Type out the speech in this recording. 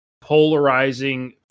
polarizing